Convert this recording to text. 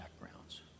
backgrounds